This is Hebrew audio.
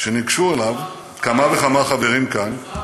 שניגשו אליו כמה וכמה חברים כאן,